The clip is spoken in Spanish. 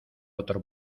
otro